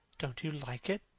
don't you like it?